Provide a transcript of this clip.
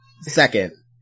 Second